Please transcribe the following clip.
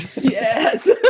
Yes